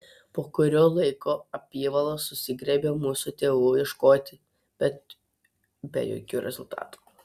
po kurio laiko apyvalos susigriebė mūsų tėvų ieškoti bet be jokių rezultatų